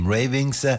Ravings